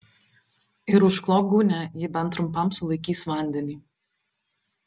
ir užklok gūnia ji bent trumpam sulaikys vandenį